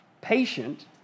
patient